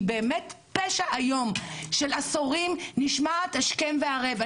באמת פשע איום של עשורים נשמעת השכם והערב.